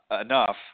enough